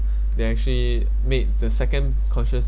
they actually made the second conscious